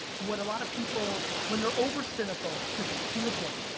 what a lot of people, when they're over cynical, to to your point,